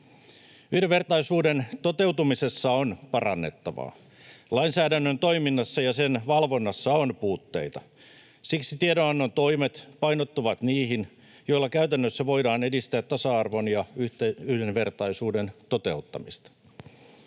Yhdenvertaisuuden toteutumisessa on parannettavaa. Lainsäädännön toiminnassa ja sen valvonnassa on puutteita. Siksi tiedonannon toimet painottuvat niihin, joilla käytännössä voidaan edistää tasa-arvon ja yhdenvertaisuuden toteuttamista.